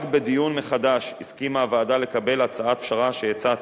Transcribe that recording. רק בדיון מחדש הסכימה הוועדה לקבל הצעת פשרה שהצעתי,